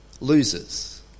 losers